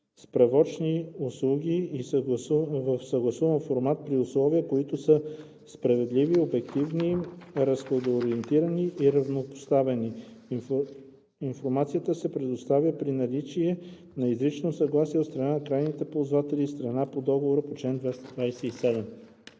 справочни услуги в съгласуван формат при условия, които са справедливи, обективни, разходоориентирани и равнопоставени. Информацията се предоставя при наличие на изрично съгласие от страна на крайните ползватели – страна по договор по чл. 227.“